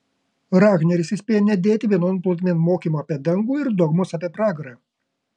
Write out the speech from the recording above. rahneris įspėja nedėti vienon plotmėn mokymo apie dangų ir dogmos apie pragarą